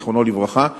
זיכרונו לברכה,